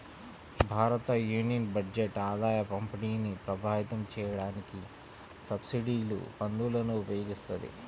భారతయూనియన్ బడ్జెట్ ఆదాయపంపిణీని ప్రభావితం చేయడానికి సబ్సిడీలు, పన్నులను ఉపయోగిత్తది